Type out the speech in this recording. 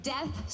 Death